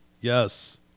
Yes